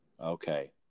Okay